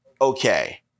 Okay